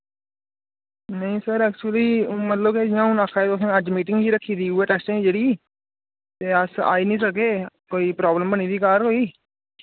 नेईं sir actually oh मतलब के जि'यां हुन अस आए तुसें अज्ज मीटिंग ही रक्खी दी उऐ टेस्टें दी जेह्ड़ी ते अस आई नि सके कोई प्राब्लम बनी दी घर कोई